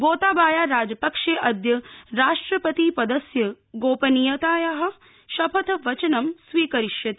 गोताबाया राजपक्षे अद्य राष्ट्रपतिपदस्य गोपनीयतायाः शपथवचनं स्वीकरिष्यति